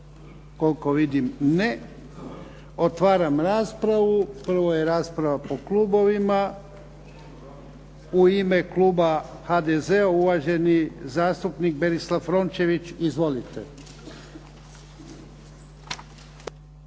Koliko vidim ne. Otvaram raspravu. Prvo je rasprava po klubovima. U ime kluba HDZ-a uvaženi zastupnik Berislav Rončević. Izvolite.